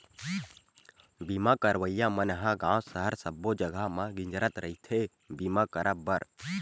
बीमा करइया मन ह गाँव सहर सब्बो जगा म गिंजरत रहिथे बीमा करब बर